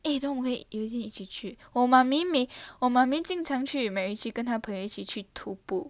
eh 中午我们可以一起去我 qi qu wo mummy 每经常去 jing chang qu macritchie 跟她朋友一起去徒步 peng you yi qi qu tu bu